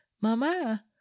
Mama